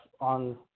on